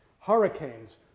hurricanes